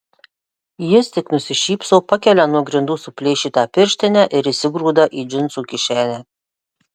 jis tik nusišypso pakelia nuo grindų suplėšytą pirštinę ir įsigrūda į džinsų kišenę